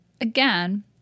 again